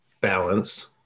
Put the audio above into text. balance